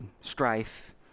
strife